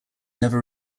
never